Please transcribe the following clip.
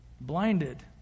Blinded